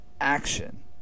action